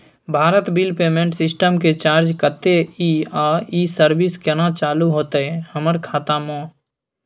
Bharat bill payment system के charge कत्ते इ आ इ सर्विस केना चालू होतै हमर खाता म?